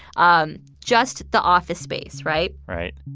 um just the office space, right? right.